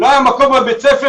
לא היה מקום בבית הספר,